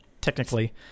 technically